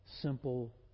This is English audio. simple